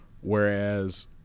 whereas